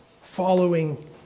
following